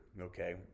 Okay